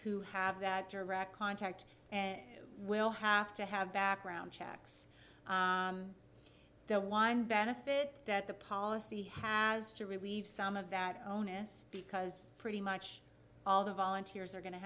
who have that direct contact will have to have background checks the one benefit that the policy has to relieve some of that onus because pretty much all the volunteers are going to